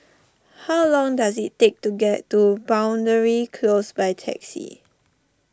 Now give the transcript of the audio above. how long does it take to get to Boundary Close by taxi